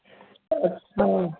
हा हा